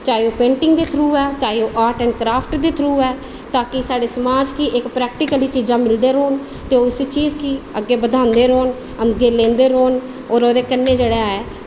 चाहे ओह् पेंटिंग दे थ्रू ऐ चाहे ओह् आर्ट एंड क्रॉफ्ट दे थ्रू ऐ ताकी साढ़े समाज गी इक्क प्रैक्टिकल चीज़ां मिलदियां रौहन ते उस चीज़ गी अग्गें बधांदे रौहन अग्गें लैंदे रौहन होर ओह्दे कन्नै जेह्ड़ा ऐ